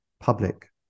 public